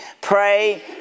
pray